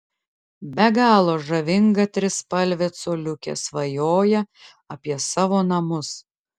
be galo žavinga trispalvė coliukė svajoja apie savo namus